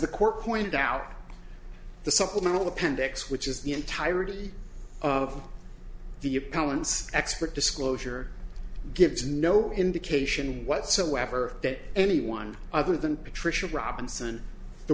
the court pointed out the supplemental appendix which is the entirety of the appellant's expert disclosure gives no indication whatsoever that anyone other than patricia robinson the